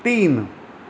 तीन